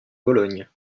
bologne